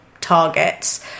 targets